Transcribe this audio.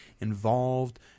involved